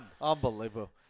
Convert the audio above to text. Unbelievable